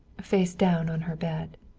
face down on her bed.